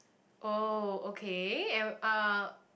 oh okay and uh